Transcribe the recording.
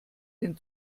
den